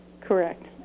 Correct